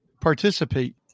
participate